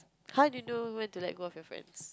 how do you know when to let go off your friends